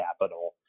capital